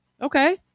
Okay